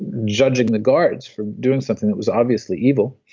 judging the guards for doing something that was obviously evil,